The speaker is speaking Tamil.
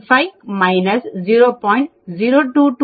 5 0